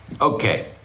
Okay